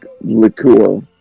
liqueur